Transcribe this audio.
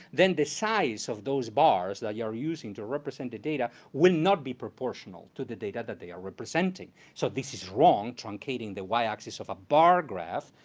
then the size of those bars that you're using to represent the data will not be proportional to the data that they are representing. so this is wrong, truncating the y-axis of a bar graph.